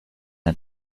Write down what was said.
ein